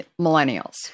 millennials